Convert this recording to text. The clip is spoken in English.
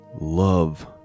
love